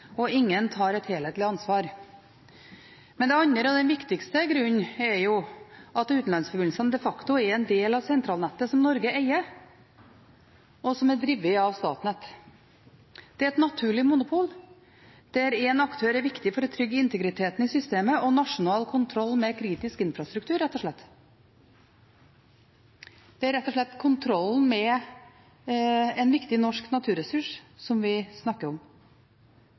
og ingen tar et helhetlig ansvar. Men den andre og viktigste grunnen er at utenlandsforbindelsene de facto er en del av sentralnettet som Norge eier, og som er drevet av Statnett. Det er et naturlig monopol der én aktør er viktig for å trygge integriteten i systemet og nasjonal kontroll over kritisk infrastruktur. Det er rett og slett kontrollen over en viktig norsk naturressurs vi snakker om.